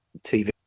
TV